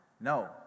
No